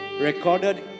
Recorded